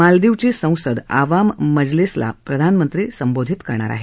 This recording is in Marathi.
मालदीवची संसद आवाम मजलिसला प्रधानमंत्री संबोधित करणार आहेत